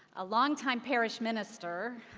a long time parish minister,